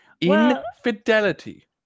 Infidelity